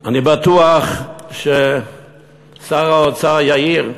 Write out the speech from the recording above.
אני בטוח ששר האוצר יאיר,